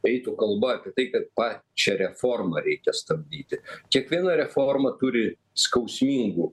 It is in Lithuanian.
eitų kalba apie tai kad pačią reformą reikia stabdyti kiekviena reforma turi skausmingų